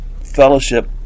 Fellowship